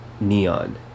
Neon